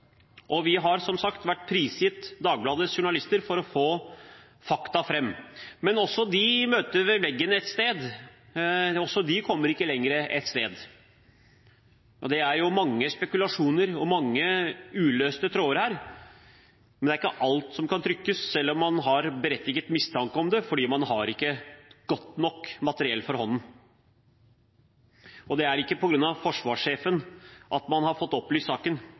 stemme. Vi har, som sagt, vært prisgitt Dagbladets journalister for å få fakta fram. Også de møtte veggen et sted, heller ikke de kom lenger. Det er mange spekulasjoner og mange løse tråder her, og det er ikke alt som kan trykkes, selv om man har berettiget mistanke, for man ikke har godt nok materiale for hånden. Det er ikke på grunn av forsvarssjefen at man har fått opplyst saken,